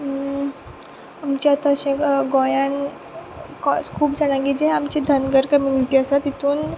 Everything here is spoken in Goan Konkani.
आमच्या तशें गोंयांत खूब जाणागेर जे आमची धनगर कम्युनिटी आसा तितूंत